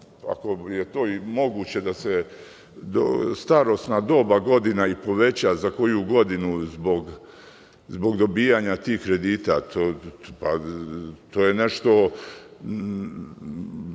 ako je moguće, starosna dob godina poveća za koju godinu zbog dobijanja tih kredita. To je nešto